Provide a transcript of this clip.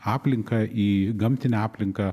aplinką į gamtinę aplinką